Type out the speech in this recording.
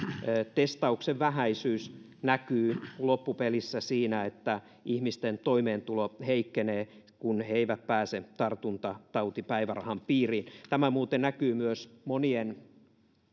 testauksen vähäisyys näkyy loppupelissä siinä että ihmisten toimeentulo heikkenee kun he eivät pääse tartuntatautipäivärahan piiriin tämä muuten näkyy myös monien